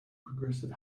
progressive